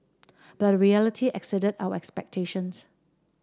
but the reality exceeded our expectations